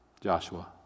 Joshua